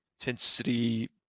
intensity